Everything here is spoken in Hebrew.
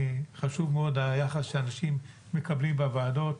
חשוב מאוד היחס שאנשים מקבלים בוועדות,